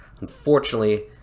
Unfortunately